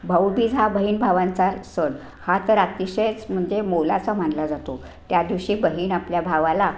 भाऊबीज हा बहीण भावांचा सण हा तर अतिशयच म्हणजे मोलाचा मानला जातो त्या दिवशी बहीण आपल्या भावाला